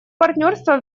партнерство